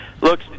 look